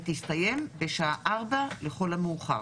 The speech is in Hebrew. ותסתיים בשעה 16:00, לכל המאוחר.